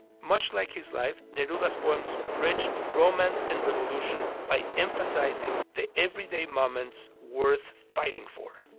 much like his life, neruda's poems bridged romance and revolution by emphasizing the everyday moments worth fighting for.